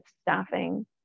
staffing